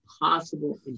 possible